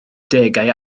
degau